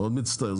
מאוד מצטער.